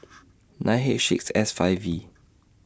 nine H six S five V